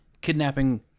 kidnapping